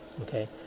okay